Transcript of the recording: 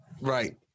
Right